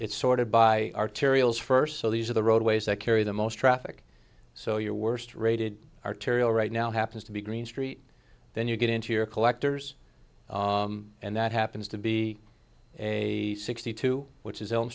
it's sort of by arterials first so these are the roadways that carry the most traffic so your worst rated arterial right now happens to be green street then you get into your collectors and that happens to be a sixty two which is own